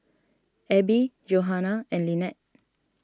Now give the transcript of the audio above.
Abie Johannah and Lynnette